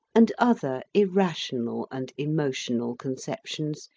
and other irrational and emotional conceptions,